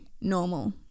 normal